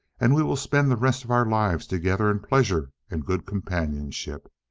and we will spend the rest of our lives together in pleasure and good companionship.